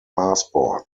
passport